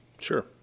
Sure